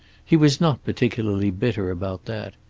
he was not particularly bitter about that.